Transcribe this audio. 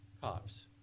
cops